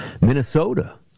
Minnesota